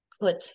put